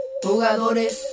jugadores